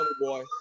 boy